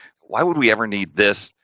why would we ever need this.